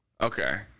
okay